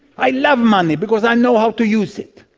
i love money because i know how to use it,